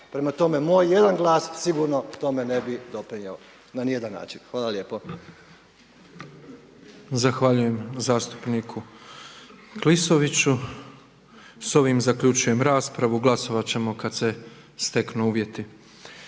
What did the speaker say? Prema tome, moj jedan glas sigurno tome ne bi doprinio na nijedan način. Hvala lijepo. **Petrov, Božo (MOST)** Zahvaljujem zastupniku Klisoviću. S ovim zaključujem raspravu. Glasovat ćemo kada se steknu uvjeti.